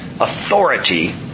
authority